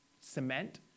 cement